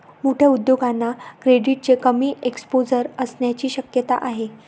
मोठ्या उद्योगांना क्रेडिटचे कमी एक्सपोजर असण्याची शक्यता आहे